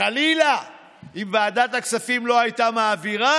וחלילה אם ועדת הכספים לא הייתה מעבירה,